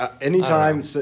anytime